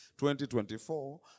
2024